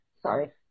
Sorry